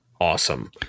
awesome